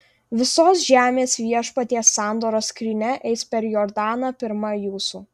visos žemės viešpaties sandoros skrynia eis per jordaną pirma jūsų